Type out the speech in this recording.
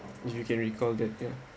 if you can recall that ya